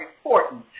important